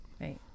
Right